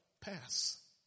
pass